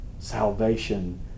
salvation